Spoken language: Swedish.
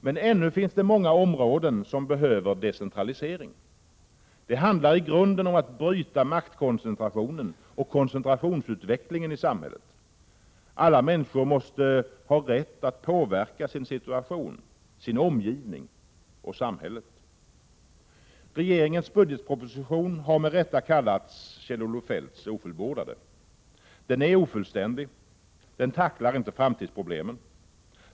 Men ännu finns det många områden som behöver decentralisering. Det handlar i grunden om att bryta maktkoncentrationen och koncentrationsutvecklingen i samhället. Alla människor måste ha rätt att påverka sin situation, sin omgivning och samhället. Regeringens budgetproposition har med rätta kallats Kjell-Olof Feldts ofullbordade. Den är ofullständig. Den tacklar inte framtidsproblemen.